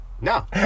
No